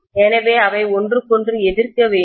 எனவே அவை ஒன்றுக்கொன்று எதிர்க்க வேண்டும்